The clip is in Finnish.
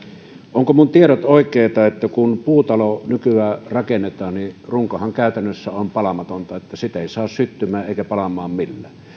ovatko minun tietoni oikeita kun puutalo nykyään rakennetaan niin runkohan käytännössä on palamatonta sitä ei saa syttymään eikä palamaan millään